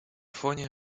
фоне